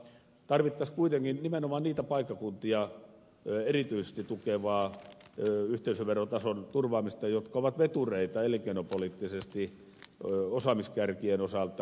tarvittaisiin kuitenkin nimenomaan niitä paikkakuntia erityisesti tukevaa yhteisöverotason turvaamista jotka ovat vetureita elinkeinopoliittisesti osaamiskärkien osalta